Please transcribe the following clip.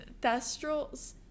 Thestrals